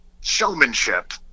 showmanship